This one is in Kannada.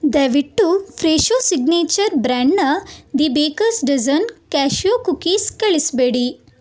ದಯವಿಟ್ಟು ಫ್ರೆಶೊ ಸಿಗ್ನೇಚರ್ ಬ್ರ್ಯಾಂಡ್ನ The Baker's Dozen cashew cookies ಕಳಿಸಬೇಡಿ